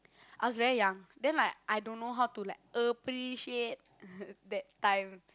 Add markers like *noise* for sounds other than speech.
I was very young then like I don't know how to like appreciate *noise* that time